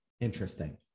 interesting